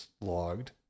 logged